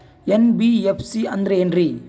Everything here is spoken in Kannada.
ಎನ್.ಬಿ.ಎಫ್.ಸಿ ಅಂದ್ರ ಏನ್ರೀ?